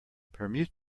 permute